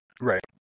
Right